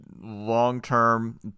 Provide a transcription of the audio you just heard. long-term